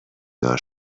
دار